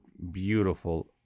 Beautiful